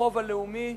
החוב הלאומי,